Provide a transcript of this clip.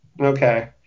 Okay